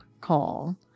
call